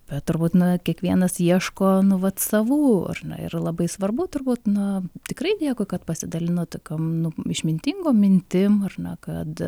bet turbūt na kiekvienas ieško nu vat savų ar na ir labai svarbu turbūt na tikrai dėkui kad pasidalinot tokiom nu išmintingom mintim ar na kad